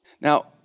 Now